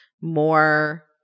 more